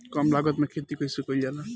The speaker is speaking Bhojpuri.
कम लागत में खेती कइसे कइल जाला?